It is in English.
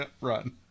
run